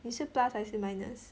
你是 plus 还是 minus